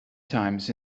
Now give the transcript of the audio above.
times